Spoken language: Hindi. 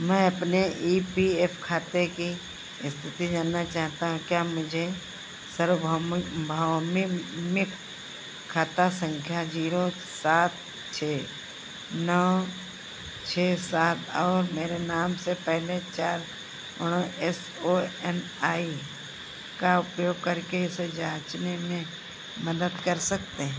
मैं अपने ई पी एफ खाते की स्थिति जानना चाहता हूँ क्या मुझे सार्वभौमिक खाता संख्या जीरो सात छः नौ छः सात और मेरे नाम के पहले चार एस ओ एन आई का उपयोग करके इसे जांचने में मदद कर सकते हैं